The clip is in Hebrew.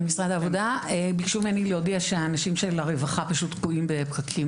ביקשו ממני להודיע שהאנשים של הרווחה תקועים בפקקים